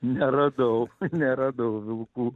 neradau neradau vilkų